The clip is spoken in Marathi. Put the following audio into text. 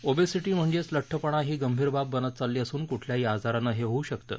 ओबसिंटी म्हणजेच लड्वपणा ही गंभीर बाब बनत चालली असून कुठल्याही आजारानं हे होऊ शकतं